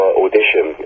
audition